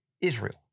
Israel